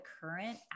current